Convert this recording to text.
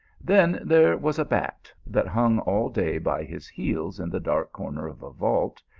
then there was a bat, that hung all day by his heels in the dark corner of a vault,